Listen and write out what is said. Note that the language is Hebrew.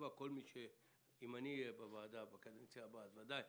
אם אני אהיה בוועדה בקדנציה הבאה אז בוודאי,